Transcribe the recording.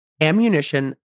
ammunition